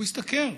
הוא השתכר,